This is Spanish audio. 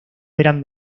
verán